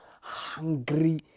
hungry